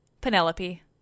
Penelope